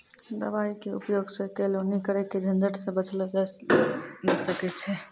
दवाई के उपयोग सॅ केलौनी करे के झंझट सॅ बचलो जाय ल सकै छै